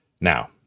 Now